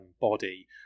body